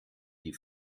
die